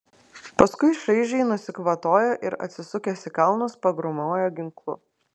paskui šaižiai nusikvatojo ir atsisukęs į kalnus pagrūmojo ginklu